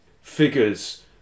figures